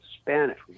Spanish